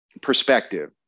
perspective